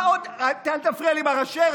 מה עוד, אל תפריע לי, מר אשר.